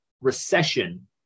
recession